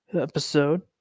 episode